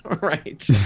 Right